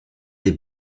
des